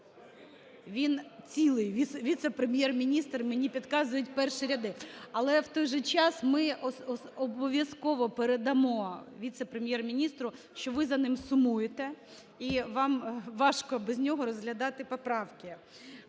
він цілий віце-прем’єр-міністр, мені підказують перші ряди. Але, в той же час, ми обов'язково передамо віце-прем’єр-міністру, що ви за ним сумуєте і вам важко без нього розглядати поправки